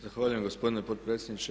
Zahvaljujem gospodine potpredsjedniče.